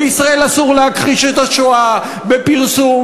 בישראל אסור להכחיש את השואה בפרסום,